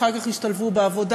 אחר כך ישתלבו בעבודה.